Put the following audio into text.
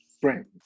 friends